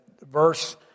verse